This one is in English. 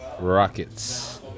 rockets